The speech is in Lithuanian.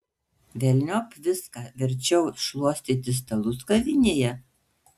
velniop viską verčiau šluostyti stalus kavinėje